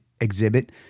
exhibit